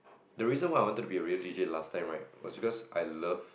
the reason why I wanted to be a radio D_J last time right was because I love